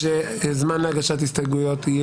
שזמן להגשת הסתייגויות,